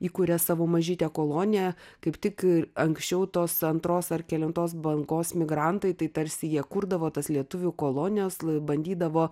įkuria savo mažytę koloniją kaip tik anksčiau tos antros ar kelintos bangos migrantai tai tarsi jie kurdavo tas lietuvių kolonijas lai bandydavo